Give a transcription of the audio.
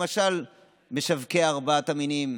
למשל משווקי ארבעת המינים,